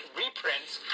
reprints